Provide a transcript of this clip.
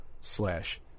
slash